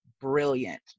brilliant